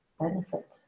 benefit